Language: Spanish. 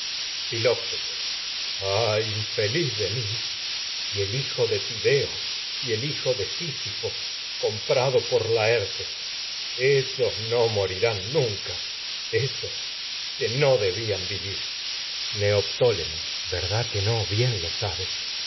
filoctetes ay infeliz de mi y el hijo de tideo no y el hijo de sísifo comprado por laertes nunca ésos mori rán ésos que no debían vivir que no neoptólemo verdad bien el lo sabes